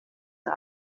the